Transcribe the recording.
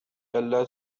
ألا